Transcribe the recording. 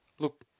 Look